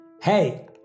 Hey